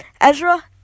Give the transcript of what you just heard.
Ezra